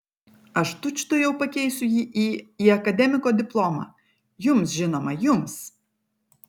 aš tučtuojau pakeisiu jį į į akademiko diplomą jums žinoma jums